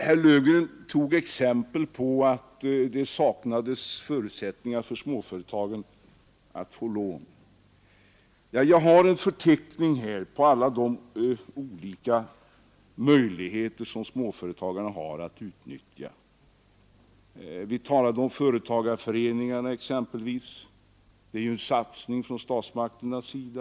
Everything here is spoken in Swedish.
Herr Löfgren tog exempel på att det saknades förutsättningar för småföretagen att få lån. Ja, jag har en förteckning här på alla de möjligheter som småföretagarna kan utnyttja. Vi har exempelvis företagarföreningarna — det är ju en satsning från statsmakternas sida.